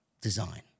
design